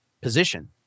position